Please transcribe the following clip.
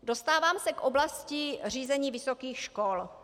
Dostávám se k oblasti řízení vysokých škol.